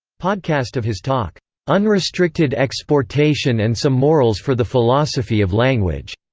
podcast of his talk unrestricted exportation and some morals for the philosophy of language,